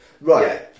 Right